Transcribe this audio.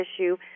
issue –